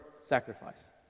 sacrifice